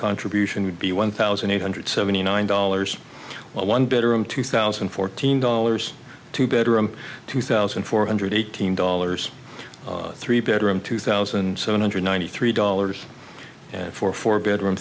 contribution would be one thousand eight hundred seventy nine dollars one bedroom two thousand and fourteen dollars two bedroom two thousand four hundred eighteen dollars three bedroom two thousand seven hundred ninety three dollars and four four bedroom